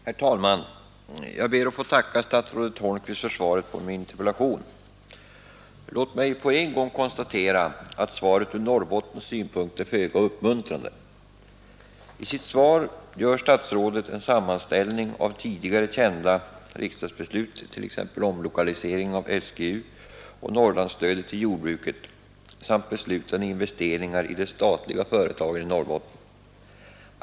Herr talman! Jag ber att få tacka statsrådet Holmqvist för svaret på min interpellation. Låt mig på en gång konstatera att svaret ur Norrbottens synpunkt är föga uppmuntrande. I sitt svar gör statsrådet en sammanställning av tidigare kända riksdagsbeslut — t.ex. omlokaliseringen av SOU och Norrlandsstödet till jordbruket — samt beslutade investeringar i de statliga företagen i Norrbotten.